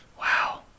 Wow